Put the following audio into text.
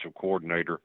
coordinator